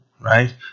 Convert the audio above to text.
right